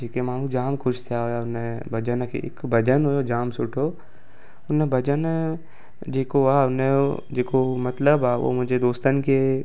जेके माण्हू जामु ख़ुशि थिया उन भॼन खे हिकु भॼनु हुयो जामु सुठो हुन भॼनु जेको आहे उन जो जेको मतिलबु आहे उहो मुंहिंजे दोस्तनि खे